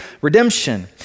redemption